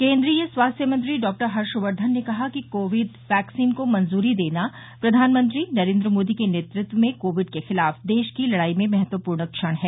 केन्द्रीय स्वास्थ्य मंत्री डॉ हर्षवर्धन ने कहा है कि वैक्सीन को मंजूरी देना प्रधानमंत्री नरेंद्र मोदी के नेतत्व में कोविड के खिलाफ देश की लड़ाई में महत्वपूर्ण क्षण है